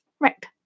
Right